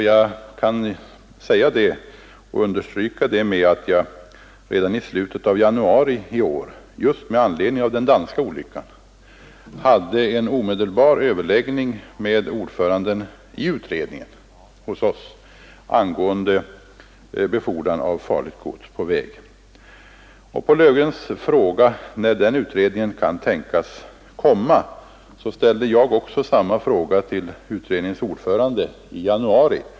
Jag kan emellertid understryka detta genom att tala om, att jag redan i slutet av januari i år, just med anledning av den danska olyckan, hade en omedelbar överläggning med ordföranden i utredningen hos oss angående befordran av farligt gods på väg. Och jag ställde samma fråga till utredningens ordförande i januari som herr Löfgren här ställer till mig om när utredningen kan tänkas komma med sitt förslag.